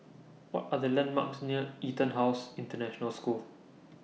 What Are The landmarks near Etonhouse International School